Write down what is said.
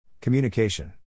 Communication